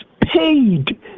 paid